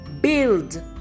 Build